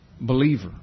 believer